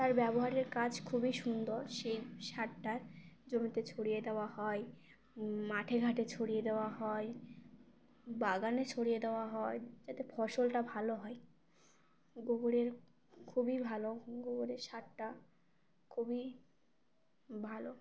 তার ব্যবহারের কাজ খুবই সুন্দর সেই সারটা জমিতে ছড়িয়ে দেওয়া হয় মাঠে ঘাটে ছড়িয়ে দেওয়া হয় বাগানে ছড়িয়ে দেওয়া হয় যাতে ফসলটা ভালো হয় গোবরের খুবই ভালো গোবরের সারটা খুবই ভালো